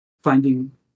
finding